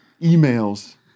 Emails